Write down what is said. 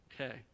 Okay